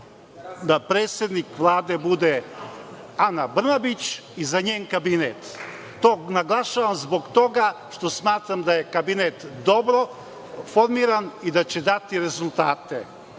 da predsednik Vlade bude Ana Brnabić i za njen kabinet. To naglašavam zbog toga što smatram da je kabinet dobro formiran i da će dati rezultate.